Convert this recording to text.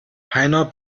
heiner